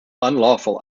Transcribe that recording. unlawful